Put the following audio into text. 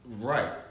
Right